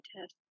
test